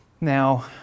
Now